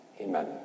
Amen